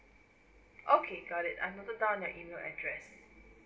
okay got it I noted down in your email address